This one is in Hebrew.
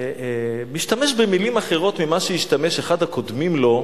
שמשתמש במלים אחרות מאלה שהשתמש בהן אחד הקודמים לו,